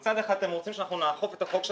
מצד אחד אתם רוצים שנהפוך את החוק של